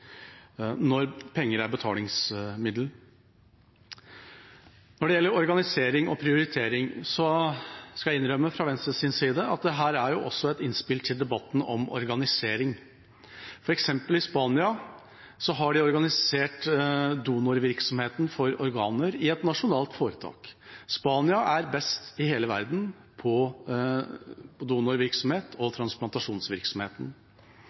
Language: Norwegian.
når penger er betalingsmiddel. Når det gjelder organisering og prioritering, skal jeg innrømme, fra Venstres side, at dette også er et innspill til debatten om organisering. For eksempel har en i Spania organisert donorvirksomheten for organer i et nasjonalt foretak. Spania er best i hele verden på donorvirksomhet og